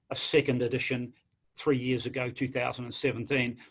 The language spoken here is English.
a second edition three years ago, two thousand and seventeen.